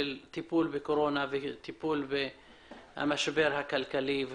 בקורונה והטיפול במשבר הכלכלי.